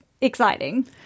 exciting